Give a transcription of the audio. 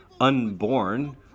Unborn